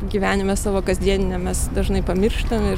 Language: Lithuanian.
gyvenime savo kasdieniniam mes dažnai pamirštam ir